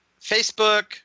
Facebook